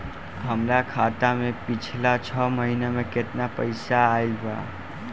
हमरा खाता मे पिछला छह महीना मे केतना पैसा आईल बा?